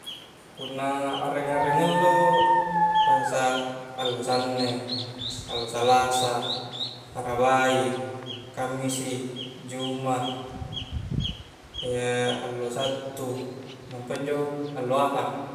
Punna areng-areng allo bangsa allo sanneg allo salasa, arabai kammisi juma' allo sattu nampa injo allo aha'